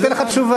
אני אתן לך תשובה,